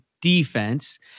defense